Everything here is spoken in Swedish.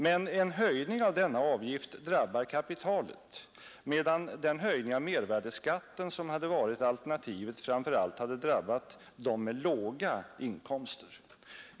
Men en höjning av denna avgift drabbar kapitalet, medan den höjning av mervärdeskatten, som varit alternativet, hade drabbat dem med låga inkomster.